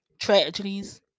Tragedies